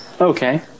Okay